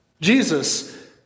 Jesus